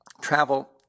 travel